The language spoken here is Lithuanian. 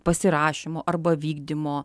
pasirašymo arba vykdymo